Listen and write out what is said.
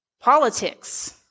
Politics